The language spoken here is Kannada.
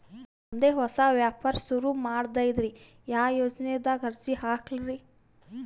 ನಮ್ ದೆ ಹೊಸಾ ವ್ಯಾಪಾರ ಸುರು ಮಾಡದೈತ್ರಿ, ಯಾ ಯೊಜನಾದಾಗ ಅರ್ಜಿ ಹಾಕ್ಲಿ ರಿ?